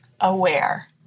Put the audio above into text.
aware